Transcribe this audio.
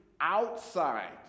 outside